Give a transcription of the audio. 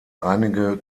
einige